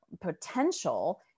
potential